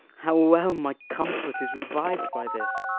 how well my comfort is reviv'd by this!